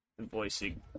voicing